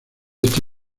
esta